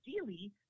ideally